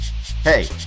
Hey